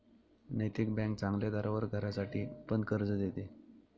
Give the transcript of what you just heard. नैतिक बँक चांगल्या दरावर घरासाठी पण कर्ज देते